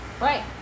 right